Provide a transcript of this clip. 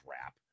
crap